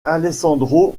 alessandro